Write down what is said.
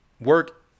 Work